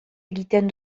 egiten